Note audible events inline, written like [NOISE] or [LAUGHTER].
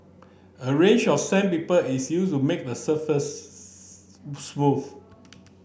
a range of sandpaper is used to make the surface [UNINTELLIGIBLE] smooth